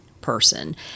person